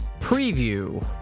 preview